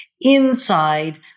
inside